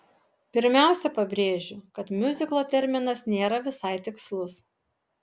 pirmiausia pabrėžiu kad miuziklo terminas nėra visai tikslus